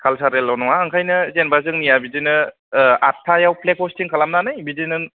कालचारेलल'अपस'न नङा ओंखायनो जेनेबा जोंनिया बिदिनो आटथायाव फ्लेग हस्टिं खालामनानै बिदिनो